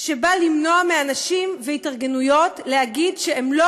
שבא למנוע מאנשים והתארגנויות להגיד שהם לא